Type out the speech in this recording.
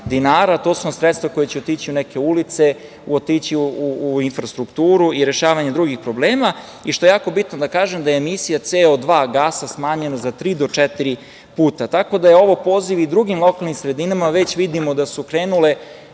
dinara, to su sredstva koja će otići u neke ulice, otići u infrastrukturu i rešavanje drugih problema i što ja jako bitno da kažem je da je emisija CO2 gasa smanjena za tri do četiri puta. Tako da je ovo poziv i drugim lokalnim sredinama, već vidimo da su krenule